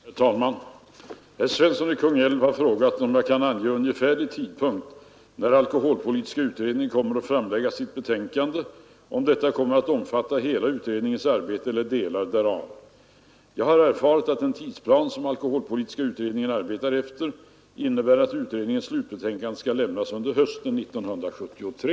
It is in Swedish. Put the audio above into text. Herr talman! Herr Svensson i Kungälv har frågat mig om jag kan ange ungefärlig tidpunkt när alkoholpolitiska utredningen kommer att framlägga sitt betänkande och om detta kommer att omfatta hela utredningens arbete eller delar därav. Jag har erfarit att den tidsplan som alkoholpolitiska utredningen arbetar efter innebär att utredningens slutbetänkande skall lämnas under hösten 1973.